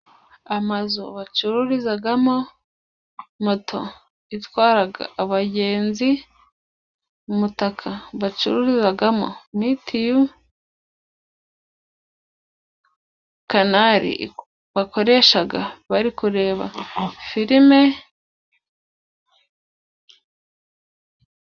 Amazu bacururizagamo, moto itwaraga abagenzi, umutaka bacururizagamo mitiyu, kanali bakoreshaga bari kureba filime.